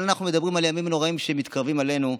אבל אנחנו מדברים על הימים הנוראים שמתקרבים אלינו,